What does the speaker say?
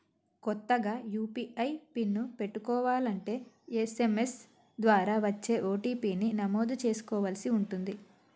కొత్తగా UPI pin పెట్టుకోలంటే SMS ద్వారా వచ్చే ఓ.టీ.పీ ని నమోదు చేసుకోవలసి ఉంటుంది